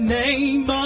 name